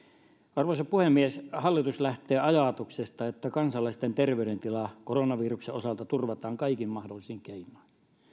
arvoisa puhemies hallitus lähtee ajatuksesta että kansalaisten terveydentila koronaviruksen osalta turvataan kaikin mahdollisin keinoin